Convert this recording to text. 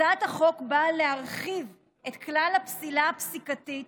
הצעת החוק באה להרחיב את כלל הפסילה הפסיקתית